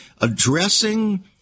addressing